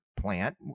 plant